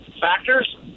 factors